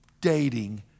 dating